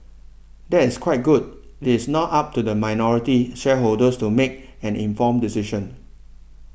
that is quite good it is now up to the minority shareholders to make an informed decision